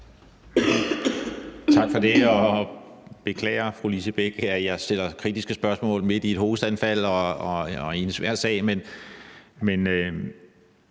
Tak for det,